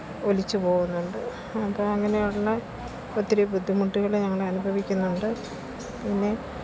ഒലിച്ച് പോകുന്നുണ്ട് അപ്പം അങ്ങനെയുള്ള ഒത്തിരി ബുദ്ധിമുട്ടുകൾ ഞങ്ങൾ അനുഭവിക്കുന്നുണ്ട് പിന്നെ